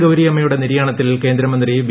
ഗൌരിയമ്മ്യുടെ നിര്യാണത്തിൽ കേന്ദ്രമന്ത്രി വി